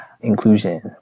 inclusion